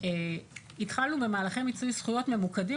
התחלנו במהלכי מיצוי זכויות ממוקדים